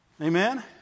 Amen